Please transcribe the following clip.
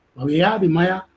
of yeah the man.